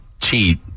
cheat